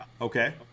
okay